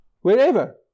wherever